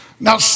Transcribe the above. Now